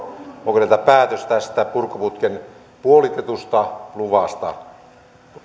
oikeudelta päätös tästä purkuputken puolitetusta luvasta vaasan